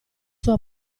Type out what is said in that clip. suo